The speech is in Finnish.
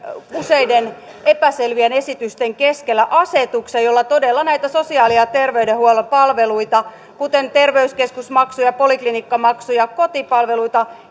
useiden epäselvien esitysten keskellä asetuksen jolla todella näitä sosiaali ja terveydenhuollon palveluita kuten terveyskeskusmaksuja poliklinikkamaksuja kotipalveluita